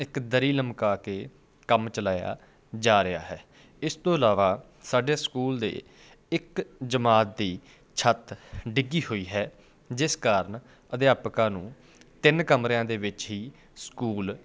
ਇੱਕ ਦਰੀ ਲਮਕਾ ਕੇ ਕੰਮ ਚਲਾਇਆ ਜਾ ਰਿਹਾ ਹੈ ਇਸ ਤੋਂ ਇਲਾਵਾ ਸਾਡੇ ਸਕੂਲ ਦੇ ਇੱਕ ਜਮਾਤ ਦੀ ਛੱਤ ਡਿੱਗੀ ਹੋਈ ਹੈ ਜਿਸ ਕਾਰਨ ਅਧਿਆਪਕਾਂ ਨੂੰ ਤਿੰਨ ਕਮਰਿਆਂ ਦੇ ਵਿੱਚ ਹੀ ਸਕੂਲ